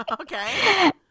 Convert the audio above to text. okay